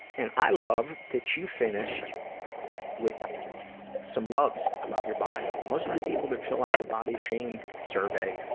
and i love that you finished with some loves about your body. most of the people that fill out the body shame survey,